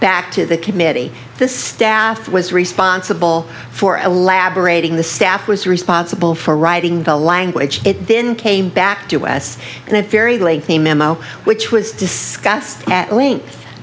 back to the committee the staff was responsible for elaborating the staff was responsible for writing the language it didn't came back to us and a very lengthy memo which was discussed at l